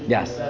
Yes